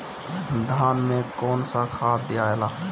धान मे कौन सा खाद दियाला?